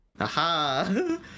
aha